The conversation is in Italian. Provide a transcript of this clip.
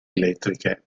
elettriche